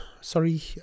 Sorry